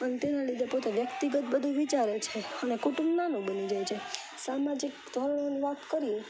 અને તેના લીધે પોતે વ્યક્તિગત બધું વિચારે છે અને કુટુંબ નાનું બની જાય છે સામાજિકતાની વાત કરીએ તો